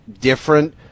different